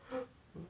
what to say